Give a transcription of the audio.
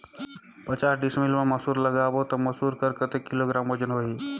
पचास डिसमिल मा मसुर लगाबो ता मसुर कर कतेक किलोग्राम वजन होही?